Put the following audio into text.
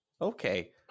Okay